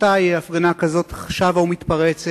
מתי הפגנה כזאת שבה ומתפרצת,